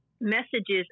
messages